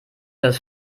das